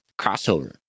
crossover